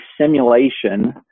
simulation